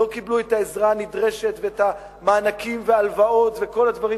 לא קיבלו את העזרה הנדרשת ואת המענקים וההלוואות וכל הדברים